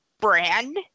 brand